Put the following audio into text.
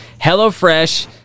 HelloFresh